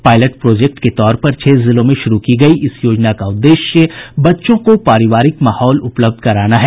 pilot project के तौर पर छह जिलों में शुरू की गयी इस योजना का उद्देश्य बच्चों को पारिवारिक माहौल उपलब्ध कराना है